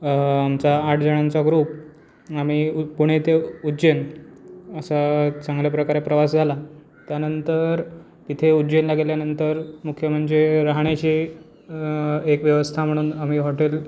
आमचा आठ जणांचा ग्रुप आम्ही उ पुणे ते उज्जैन असा चांगल्या प्रकारे प्रवास झाला त्यानंतर तिथे उज्जैनला गेल्यानंतर मुख्य म्हणजे राहण्याची एक व्यवस्था म्हणून आम्ही हॉटेल